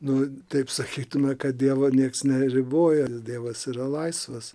nu taip sakytume kad dievo nieks neriboja dievas yra laisvas